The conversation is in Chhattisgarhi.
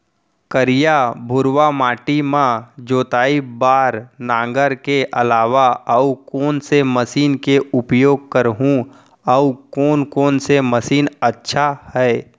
करिया, भुरवा माटी म जोताई बार नांगर के अलावा अऊ कोन से मशीन के उपयोग करहुं अऊ कोन कोन से मशीन अच्छा है?